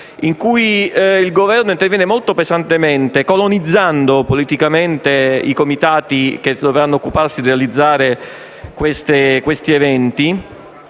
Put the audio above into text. con cui il Governo interviene molto pesantemente, colonizzandoli politicamente, sui comitati che dovranno occuparsi di realizzare gli eventi,